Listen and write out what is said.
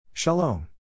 Shalom